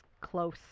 close